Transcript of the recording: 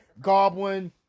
Goblin